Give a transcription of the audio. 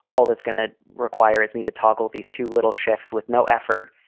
all that's going to require is me to toggle these two little shifts with no effort.